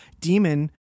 demon